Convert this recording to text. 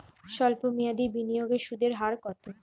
সল্প মেয়াদি বিনিয়োগের সুদের হার কত?